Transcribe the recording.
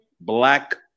black